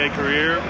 career